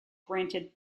granted